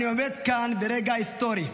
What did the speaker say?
אני עומד כאן ברגע היסטורי.